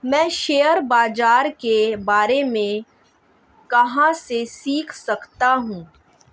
मैं शेयर बाज़ार के बारे में कहाँ से सीख सकता हूँ?